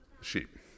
sheep